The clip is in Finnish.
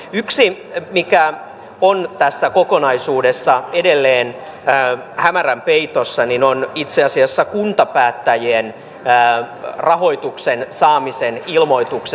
yksi mikä on tässä kokonaisuudessa edelleen hämärän peitossa on itse asiassa kuntapäättäjien rahoituksen saamisen ilmoitukset